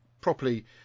properly